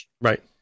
right